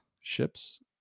ships